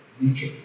nature